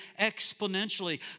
exponentially